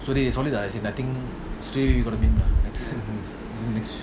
so sorry lah I say nothing stray you get what I mean